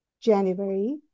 January